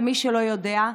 למי שלא יודע,